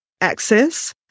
access